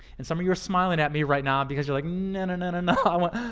and some of you are smiling at me right now because you're like, no, and and and no,